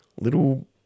little